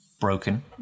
broken